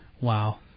Wow